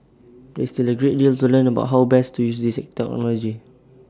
is still A great deal to learn about how best to use this technology